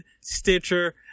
stitcher